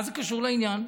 מה זה קשור לעניין,